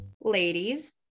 ladies